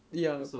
ya